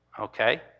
Okay